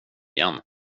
igen